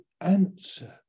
answer